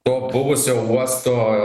to buvusio uosto